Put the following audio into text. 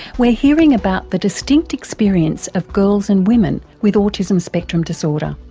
we're hearing about the distinct experience of girls and women with autism spectrum disorder.